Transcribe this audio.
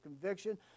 conviction